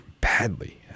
badly